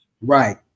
Right